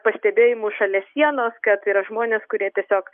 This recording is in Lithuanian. pastebėjimus šalia sienos kad yra žmonės kurie tiesiog